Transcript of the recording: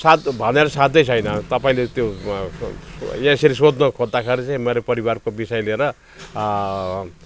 साध भनेर साध्यै छैन तपाईँले त्यो यहाँ यसरी सोध्नु खोज्दाखेरि चाहिँ मेरो परिवारको विषय लिएर